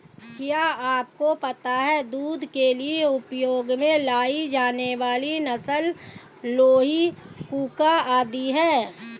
क्या आपको पता है दूध के लिए उपयोग में लाई जाने वाली नस्ल लोही, कूका आदि है?